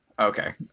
Okay